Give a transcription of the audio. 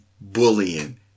bullying